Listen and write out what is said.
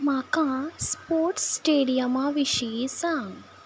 म्हाका स्पोर्ट्स स्टेडीयमा विशीं सांग